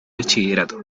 bachillerato